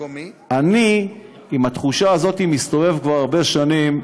אני מסתובב עם התחושה הזאת כבר הרבה שנים,